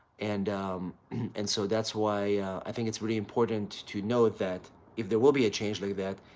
and and so, that's why i think it's really important to note that if there will be a change like that,